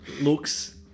looks